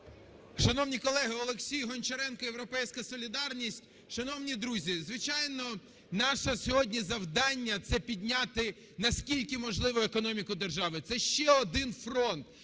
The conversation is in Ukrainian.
Шановні колеги! Олексій Гончаренко, "Європейська солідарність". Шановні друзі, звичайно, наше сьогодні завдання – це підняти, наскільки можливо, економіку держави, це ще один фронт,